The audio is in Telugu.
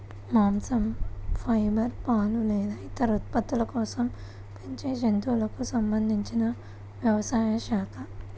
మాంసం, ఫైబర్, పాలు లేదా ఇతర ఉత్పత్తుల కోసం పెంచే జంతువులకు సంబంధించిన వ్యవసాయ శాఖ